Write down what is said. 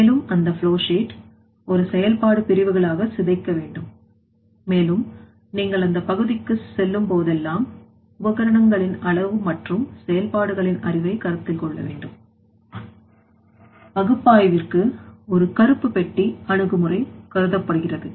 மேலும் அந்த flowsheet ஒரு செயல்பாடு பிரிவுகளாக சிதைக்க வேண்டும் மேலும் நீங்கள் அந்த பகுதிக்கு செல்லும் போதெல்லாம் உபகரணங்களின் அளவும்மற்றும் செயல்பாடுகளின் அறிவை கருத்தில் கொள்ள வேண்டும் பகுப்பாய்விற்கு ஒரு கருப்பு பெட்டி அணுகுமுறை கருதப்படுகிறது